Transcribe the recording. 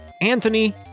Anthony